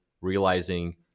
realizing